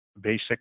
basic